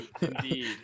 indeed